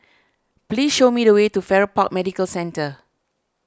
please show me the way to Farrer Park Medical Centre